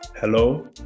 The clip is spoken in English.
Hello